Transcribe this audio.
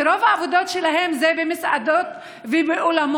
כי רוב העבודות שלהם הן במסעדות ובאולמות,